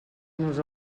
nos